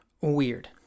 weird